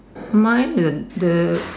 mine is this